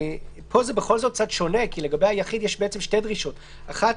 פה זה בכל זאת קצת שונה כי לגבי היחיד יש למעשה שתי דרישות: האחת,